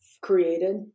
created